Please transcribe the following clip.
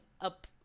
up